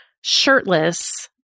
shirtless